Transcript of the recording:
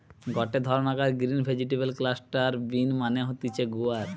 গটে ধরণকার green vegetable cluster bean মানে হতিছে গুয়ার